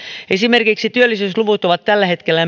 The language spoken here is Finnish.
esimerkiksi työllisyysluvut ovat tällä hetkellä